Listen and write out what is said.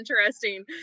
interesting